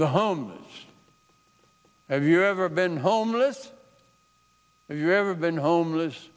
homes have you ever been homeless have you ever been homeless